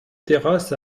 terrasse